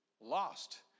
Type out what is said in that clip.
lost